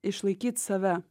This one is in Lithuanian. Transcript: išlaikyt save